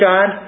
God